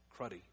cruddy